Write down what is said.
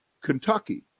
Kentucky